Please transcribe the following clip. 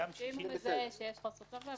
אם הוא מזהה שיש חוסר תום לב